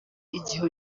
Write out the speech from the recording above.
igihe